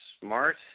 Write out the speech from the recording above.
smart